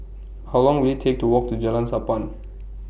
How Long Will IT Take to Walk to Jalan Sappan